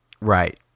Right